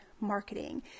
marketing